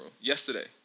yesterday